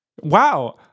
Wow